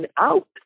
out